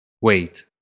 wait